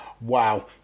Wow